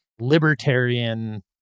libertarian